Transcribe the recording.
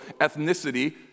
ethnicity